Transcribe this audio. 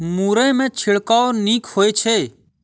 मुरई मे छिड़काव नीक होइ छै?